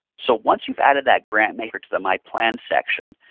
so once you've added that grant maker to the my plan section,